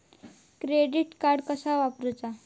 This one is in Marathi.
क्रेडिट कार्ड कसा वापरूचा?